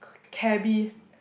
c~ cabby